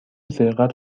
سرقت